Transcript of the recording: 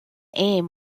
aim